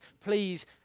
please